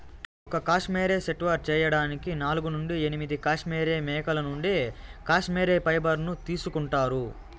ఒక cashmere sweater చేయడానికి నాలుగు నుండి ఎనిమిది కష్మెరె మేకల నుండి కష్మెరె ఫైబర్ ను తీసుకుంటారు